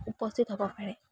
উপস্থিত হ'ব পাৰে